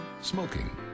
Smoking